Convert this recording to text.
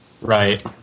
Right